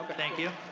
but thank you.